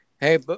Hey